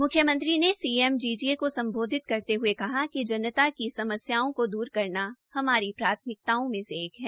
मुख्यमंत्री ने सीएमजीजीए को संबोधित करते हुए कहा कि जनता की समस्याओं को दूर करना हमारी प्राथमिकताओं में से एक है